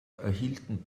erhielten